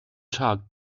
tag